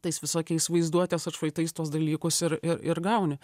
tais visokiais vaizduotės atšvaitais tuos dalykus ir ir ir gauni